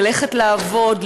ללכת לעבוד,